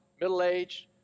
middle-aged